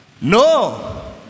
No